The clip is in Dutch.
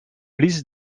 blies